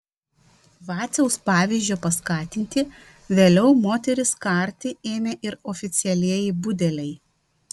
vaciaus pavyzdžio paskatinti vėliau moteris karti ėmė ir oficialieji budeliai